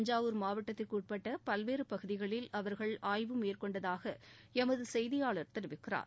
தஞ்சாவூர் மாவட்டத்திற்கு உட்பட்ட பல்வேறு பகுதிகளில் அவர்கள் ஆய்வு மேற்கொண்டதாக எமது செய்தியாளர் தெரிவிக்கிறார்